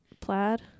Plaid